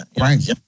Right